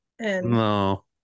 No